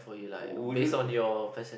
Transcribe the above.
would you